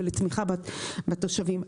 ולתמיכה בתושבים.